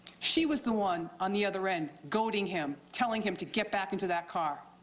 she was the one on the other end, goading him, telling him to get back into that car.